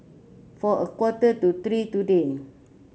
for a quarter to three today